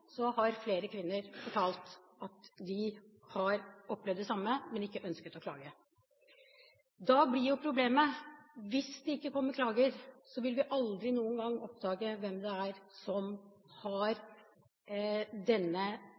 har flere kvinner fortalt at de har opplevd det samme, men ikke ønsket å klage. Da blir problemet: Hvis det ikke kommer klager, vil vi aldri noen gang oppdage hvem det er som har denne